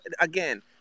Again